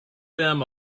them